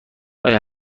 آیا